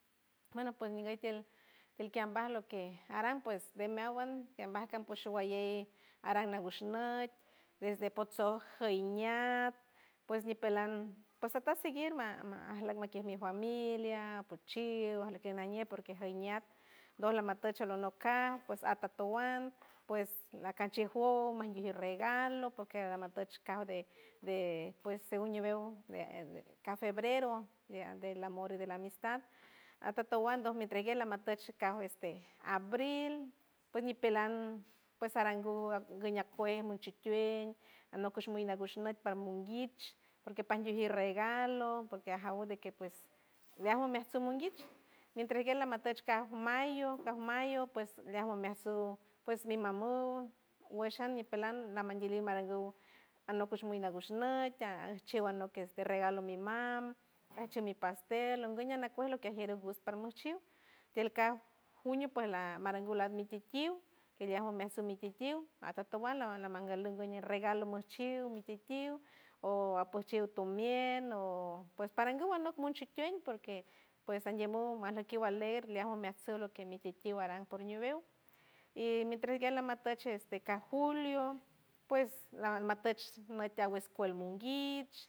Bueno puej ninguey tiel tiel kiej ambaj lo que aran pues de meawan kiembas kaj ps showalley aran nagushnüt wesh de potsoj juy iñat pues ñipelan ps ata seguir ma- ma ajleck makiej mi familia pochiw ajleck kej najñe porque ja iñat doj lamatuch alonok kat ps atatuan pues lacanchij jouw manguijier regalo porque lamatuch cabo de- de pues según ñiwew de kaf febrero dia del amor y de la amistad atatun doj mi entreguer lamatuch kaf este abril pues ñipelan pues sarangu at guiñak kuej monchitueñ anok cuchuj lagush nok parmonguich porque panguijier regalo porque ajaw de que pues gaj meatsum monguich mi entreguer lamatuch kaf mayo kaf mayo pues lean momeaj tsuj ps mi mamon wesh an ñipelan namanlliliw maranguw anok kush nagush nük teaj ajchiw anok kej este regalo mi mam, ajchiw mi pastel nguëy nakuej lo que jier ngus parmaj chiw tiel kaj junio pues la maranguw lat mititiw keliaj omeaj tsujmititiw atatuan la- lamangaluw guñ regalo monchiw mititiw o apoj chiw tomien o paranguw nok monchik tuen porque pues ajdiem muw majlekiw aj leer leaj omeaj tsuj lo que mititiw aran por ñiwew y mietras guej lamatuch este kaf julio pues matuch matiew escuel monguich.